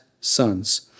sons